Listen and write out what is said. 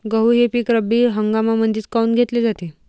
गहू हे पिक रब्बी हंगामामंदीच काऊन घेतले जाते?